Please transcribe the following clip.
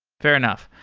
fair enough.